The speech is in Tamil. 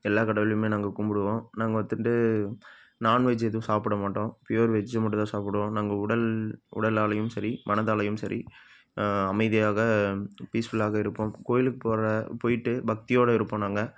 எல்லா கடவுளையுமே நாங்கள் கும்பிடுவோம் நாங்கள் வத்துண்டு நான்வெஜ்ஜு எதும் சாப்பிட மாட்டோம் ப்யூர் வெஜ்ஜு மட்டும் தான் சாப்பிடுவோம் நாங்கள் உடல் உடலாலையும் சரி மனதாலையும் சரி அமைதியாக பீஸ்ஃபுல்லாக இருப்போம் கோயிலுக்கு போகற போயிட்டு பக்தியோட இருப்போம் நாங்கள்